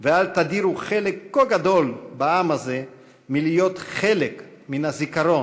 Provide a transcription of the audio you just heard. ואל תדירו חלק כה גדול בעם הזה מלהיות חלק מן הזיכרון,